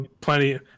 plenty